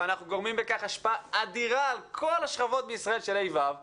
ובכך אנחנו גורמים להשפעה אדירה על כל שכבות ה'-ו' בישראל,